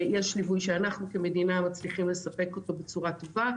יש ליווי שאנחנו כמדינה מצליחים לספק אותו בצורה טובה.